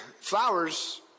Flowers